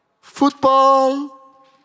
football